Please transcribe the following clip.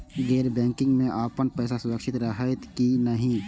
गैर बैकिंग में अपन पैसा सुरक्षित रहैत कि नहिं?